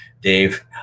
Dave